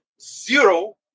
zero